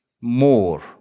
more